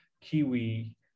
Kiwi